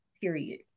Period